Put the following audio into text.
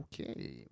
Okay